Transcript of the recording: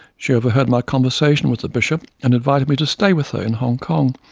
she overheard my conversation with the bishop and invited me to stay with her in hong kong,